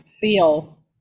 feel